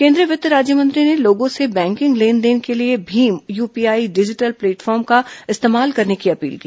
केन्द्रीय वित्त राज्यमंत्री ने लोगों से बैंकिंग लेन देन के लिए भीम यूपीआई डिजिटल प्लेटफार्म का इस्तेमाल करने की अपील की